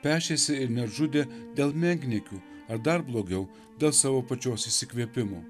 pešėsi ir net žudė dėl menkniekių ar dar blogiau dėl savo pačios išsikvėpimo